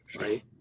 Right